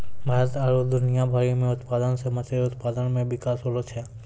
भारत आरु दुनिया भरि मे उत्पादन से मछली उत्पादन मे बिकास होलो छै